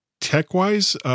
tech-wise